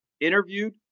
interviewed